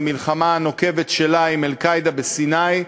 במלחמה הנוקבת שלה עם "אל-קאעידה" בסיני.